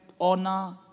honor